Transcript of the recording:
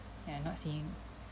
ya not saying